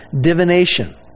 divination